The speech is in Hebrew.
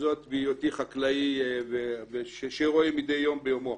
זאת בהיותי חקלאי שרואה מדי יום ביומו,